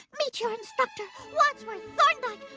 meet your instructor, wadsworth thorndyke